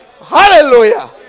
Hallelujah